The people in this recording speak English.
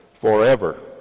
forever